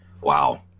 Wow